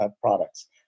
products